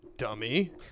Dummy